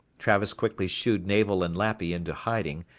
travis quickly shooed navel and lappy into hiding,